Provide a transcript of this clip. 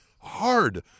hard